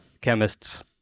chemists